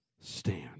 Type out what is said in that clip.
Stand